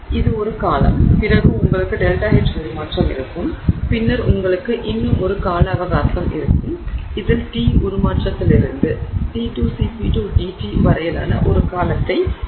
எனவே இது ஒரு காலம் பிறகு உங்களுக்கு ΔH உருமாற்றம் இருக்கும் பின்னர் உங்களுக்கு இன்னும் ஒரு கால அவகாசம் இருக்கும் இதில் T உருமாற்றத்திலிருந்து T2Cp2dT வரையிலான ஒரு காலத்தை நீங்கள் பெறுவீர்கள்